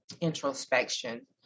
introspection